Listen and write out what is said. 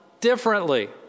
differently